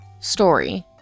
story